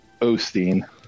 Osteen